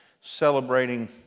celebrating